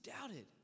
doubted